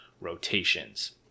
rotations